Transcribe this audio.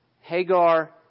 Hagar